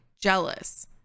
jealous